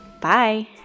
Bye